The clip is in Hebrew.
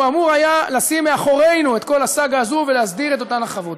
והוא אמור היה לשים מאחורינו את כל הסאגה הזאת ולהסדיר את אותן החוות.